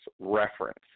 reference